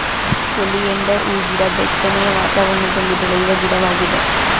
oleander ಹೂಗಿಡ ಬೆಚ್ಚನೆಯ ವಾತಾವರಣದಲ್ಲಿ ಬೆಳೆಯುವ ಗಿಡವಾಗಿದೆ